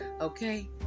Okay